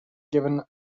given